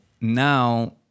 now